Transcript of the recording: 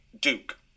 duke